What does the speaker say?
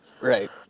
Right